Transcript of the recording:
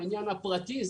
"עניין פרטי".